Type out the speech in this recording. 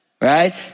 Right